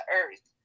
earth